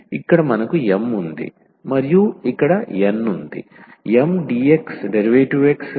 ఇక్కడ మనకు M ఉంది మరియు ఇది N M dx N dy